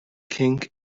king